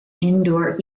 indoor